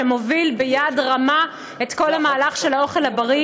שמוביל ביד רמה את כל המהלך של האוכל הבריא,